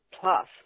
plus